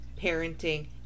parenting